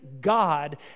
God